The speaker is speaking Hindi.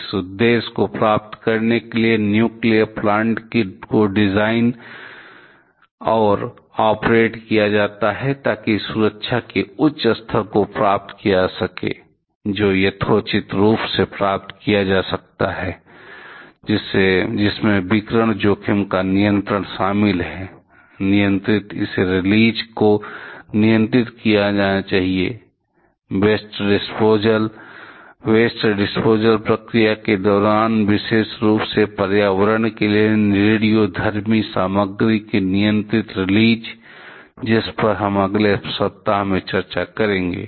इस उद्देश्य को प्राप्त करने के लिए न्यूक्लियर प्लांट को डिजाइन और ऑपरेट किया जाता है ताकि सुरक्षा के उच्च स्तर को प्राप्त किया जा सके जो यथोचित रूप से प्राप्त किया जा सकता है जिसमें विकिरण जोखिम का नियंत्रण शामिल है नियंत्रित इसे रिलीज को नियंत्रित किया जाना चाहिए वेस्ट डिस्पोजल प्रक्रिया के दौरान विशेष रूप से पर्यावरण के लिए रेडियोधर्मी सामग्री की नियंत्रित रिलीज जिस पर हम अगले सप्ताह चर्चा करेंगे